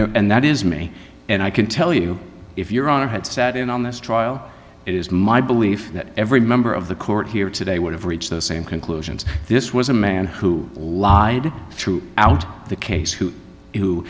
there and that is me and i can tell you if your honor had sat in on this trial it is my belief that every member of the court here today would have reached those same conclusions this was a man who lied through out the case who who